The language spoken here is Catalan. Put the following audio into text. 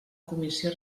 comissió